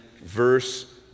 verse